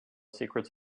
secrets